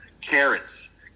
Carrots